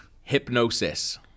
Hypnosis